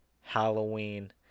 Halloween